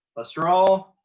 a straw,